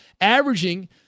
averaging